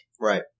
Right